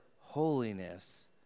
holiness